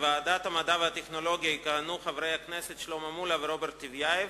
בוועדת המדע והטכנולוגיה יכהנו חברי הכנסת שלמה מולה ורוברט טיבייב,